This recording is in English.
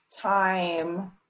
time